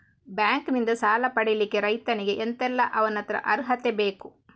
Bank ನಿಂದ ಸಾಲ ಪಡಿಲಿಕ್ಕೆ ರೈತನಿಗೆ ಎಂತ ಎಲ್ಲಾ ಅವನತ್ರ ಅರ್ಹತೆ ಬೇಕು?